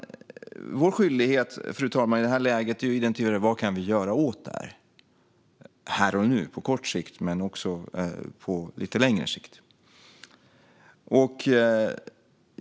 Vår skyldighet i det här läget är att fråga oss: Vad kan vi göra åt detta här och nu på kort sikt men också på lite längre sikt?